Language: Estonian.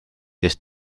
kes